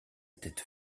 tête